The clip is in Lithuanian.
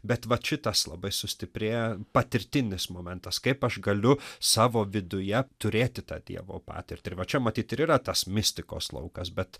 bet vat šitas labai sustiprėja patirtinis momentas kaip aš galiu savo viduje turėti tą dievo patirtį ir va čia matyt ir yra tas mistikos laukas bet